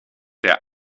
der